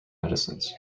medicines